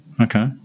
Okay